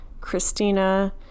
Christina